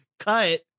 Cut